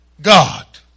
God